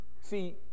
See